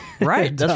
Right